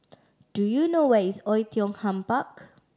do you know where is Oei Tiong Ham Park